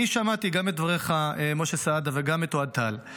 אני שמעתי גם את דבריך, משה סעדה, וגם את אוהד טל.